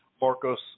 Marcos